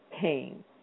Pain